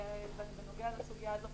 בנוגע לסוגיה הזאת,